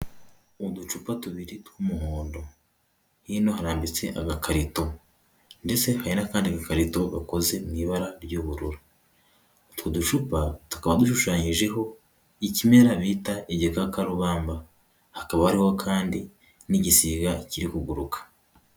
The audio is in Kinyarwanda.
Uducupa tubiri tw'umuhondo hino harambitse agakarito ndetse hari n'akandi gakarito gakoze mu ibara ry'ubururu. Utwo ducupa tukaba dushushanyijeho ikimera bita igikakarubamba, hakaba hariho kandi n'igisiga kiri kuguruka.